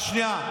רק שנייה.